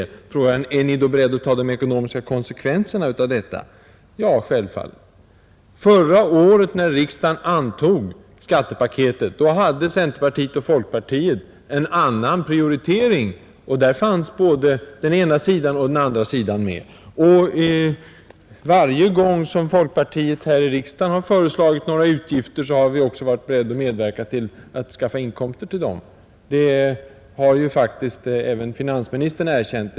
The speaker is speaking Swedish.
Och så frågar han: Är ni då beredda att ta de ekonomiska konsekvenserna av detta? Ja, självfallet! Förra året, när riksdagen antog skattepaketet hade centerpartiet och folkpartiet en annan prioritering, och där fanns både den ena och den andra sidan med. Varje gång som folkpartiet i riksdagen har föreslagit några utgifter har vi också varit beredda att medverka till att skaffa inkomster till dem. Det har faktiskt finansministern numera erkänt.